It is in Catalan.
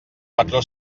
patró